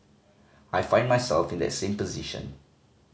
I find myself in that same position